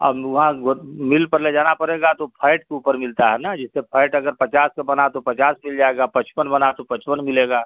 अब वहाँ मिल पर ले जाना परेगा तो फैट के ऊपर मिलता है ना जैसे फैट अगर पचास का बना तो पचास मिल जाएगा पचपन बना तो पचपन मिलेगा